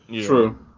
True